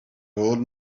old